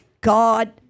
God